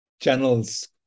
channels